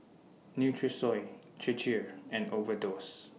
Nutrisoy Chir Chir and Overdose